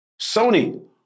Sony